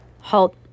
halt